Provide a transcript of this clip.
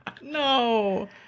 No